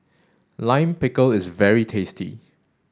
Lime Pickle is very tasty